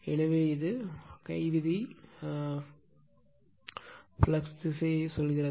எனவே கை விதி சொன்ன ஃப்ளக்ஸ் திசை நான் உங்களுக்கு கூறியது